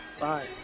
Bye